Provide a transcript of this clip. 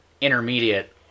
intermediate